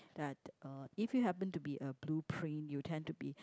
that uh if you happen to be a blueprint you tend to be